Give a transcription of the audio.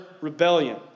rebellion